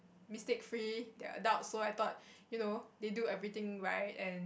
mistake free they are adult so I thought you know they do everything right and